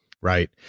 Right